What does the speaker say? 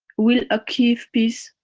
will achieve peace,